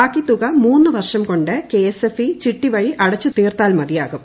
ബാക്കി തുക മൂന്നു വർഷം കൊണ്ട് കെഎസ്എഫ്ഇ ചിട്ടി വഴി അടച്ചുതീർത്താൽ മതിയാകും